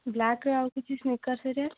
ବ୍ଲାକ୍ର ଆଉ କିଛି ସ୍ନିକର୍ସ୍ ହେରିକା